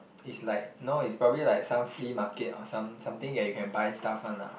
it's like no it's probably like some flea market or some something that you can buy stuff [one] lah